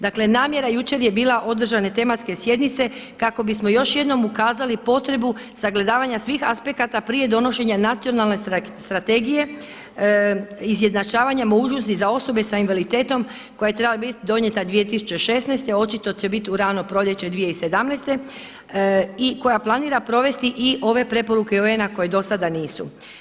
Dakle namjera jučer je bila održane tematske sjednice kako bismo još jednom ukazali potrebu sagledavanja svih aspekata prije donošenja Nacionalne strategije izjednačavanja mogućnosti za osobe sa invaliditetom koja je trebala biti donijeta 2016., očito će biti u rano proljeće 2017. i koja planira provesti i ove preporuke UN-a koje do sada nisu.